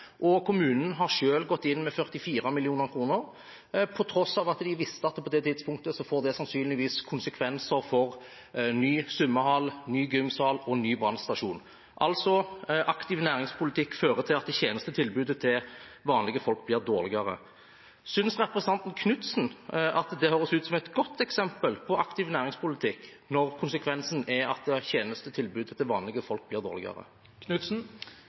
og kommunen har selv gått inn med 44 mill. kr, på tross av at de visste at det på det tidspunktet sannsynligvis får konsekvenser for ny svømmehall, ny gymsal og ny brannstasjon – altså aktiv næringspolitikk fører til at tjenestetilbudet til vanlige folk blir dårligere. Synes representanten Knutsen at det høres ut som et godt eksempel på aktiv næringspolitikk når konsekvensen er at tjenestetilbudet til vanlige folk blir dårligere?